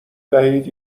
دهید